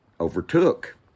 Overtook